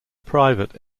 private